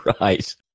Right